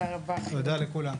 תודה לכולם.